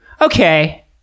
Okay